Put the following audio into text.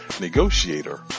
Negotiator